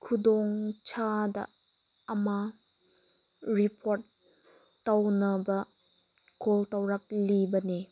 ꯈꯨꯗꯣꯡ ꯆꯥꯗ ꯑꯃ ꯔꯤꯄꯣꯔꯠ ꯇꯧꯅꯕ ꯀꯣꯜ ꯇꯧꯔꯛꯂꯤꯕꯅꯤ